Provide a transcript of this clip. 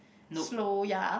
slow ya